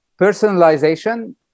personalization